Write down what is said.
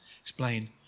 explain